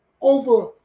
over